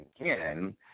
Again